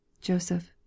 Joseph